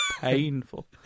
Painful